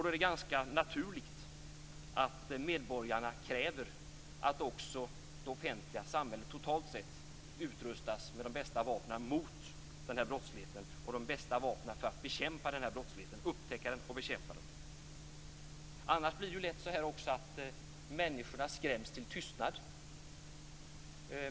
Då är det ganska naturligt att medborgarna kräver att det offentliga samhället totalt sett utrustas med de bästa vapnen för att upptäcka och bekämpa brottsligheten. Annars blir det lätt så att människor skräms till tystnad.